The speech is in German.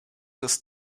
des